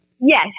Yes